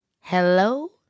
Hello